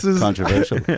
Controversial